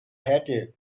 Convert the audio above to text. härte